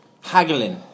haggling